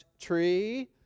tree